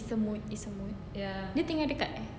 it's a mood it's a mood dia tinggal dekat uh